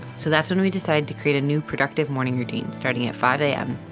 so that's when we decided to create a new productive morning routine starting at five a m.